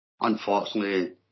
Unfortunately